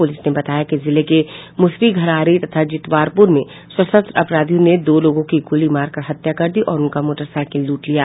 police ने बताया कि जिले के मुसरीघरारी तथा जितवारपुर में सशस्त्र अपराधियों ने दो लोगों की गोली मारकर हत्या कर दी और उनका मोटरसाइकिल लूट लिया